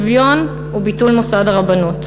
המקיימת את ערך השוויון הוא ביטול מוסד הרבנות.